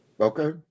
Okay